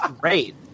great